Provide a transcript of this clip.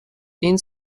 این